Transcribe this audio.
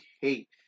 hate